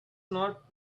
not